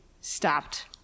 stopped